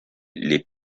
les